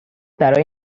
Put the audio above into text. برای